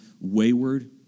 wayward